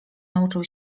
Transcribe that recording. nauczył